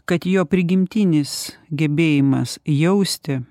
kad jo prigimtinis gebėjimas jausti